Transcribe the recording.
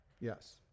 Yes